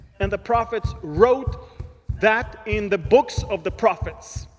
and the prophets wrote that in the books of the prophets.